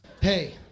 Hey